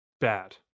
bad